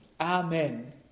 Amen